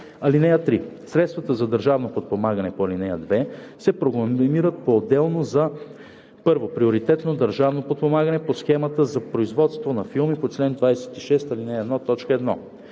(3) Средствата за държавно подпомагане по ал. 2 се програмират поотделно за: 1. приоритетно държавно подпомагане по схемата за производство на филми по чл. 26, ал. 1,